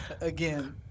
again